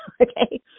okay